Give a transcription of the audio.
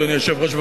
אדוני היושב-ראש,